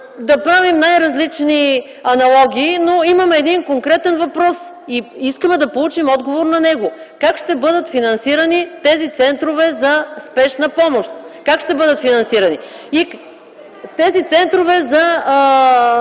да правим различни аналогии, но имаме един конкретен въпрос и искаме да получим отговор на него – как ще бъдат финансирани тези центрове за спешна помощ и тези центрове за